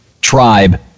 tribe